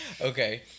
okay